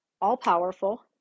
all-powerful